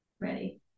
ready